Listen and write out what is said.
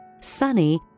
Sunny